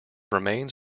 remains